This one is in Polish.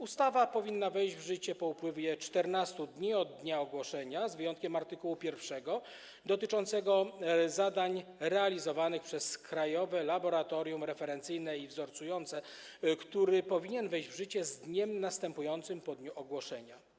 Ustawa powinna wejść w życie po upływie 14 dni od dnia ogłoszenia, z wyjątkiem art. 1 dotyczącego zadań realizowanych przez Krajowe Laboratorium Referencyjne i Wzorcujące, który powinien wejść w życie z dniem następującym po dniu ogłoszenia.